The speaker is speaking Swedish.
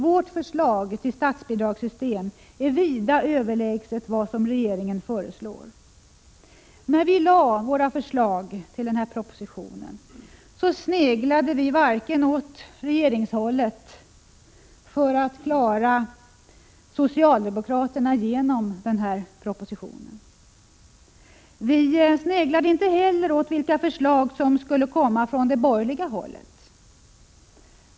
Vårt förslag till statsbidragssystem är vida överlägset vad regeringen föreslår. När vi lade fram våra förslag med anledning av den här propositionen sneglade vi varken åt regeringshållet för att socialdemokraterna skulle klara av att få igenom den här propositionen eller åt vilka förslag som skulle komma från det borgerliga hållet.